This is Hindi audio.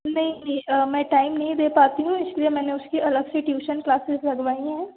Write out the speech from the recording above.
नहीं नहीं मैं टाइम नहीं दे पाती हूँ इसलिए मैंने उसकी अलग से ट्यूशन क्लासेस लगवाई हैं